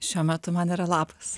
šiuo metu man yra lapas